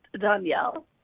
Danielle